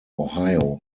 ohio